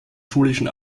schulischen